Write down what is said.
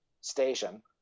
station